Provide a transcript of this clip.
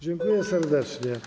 Dziękuję serdecznie.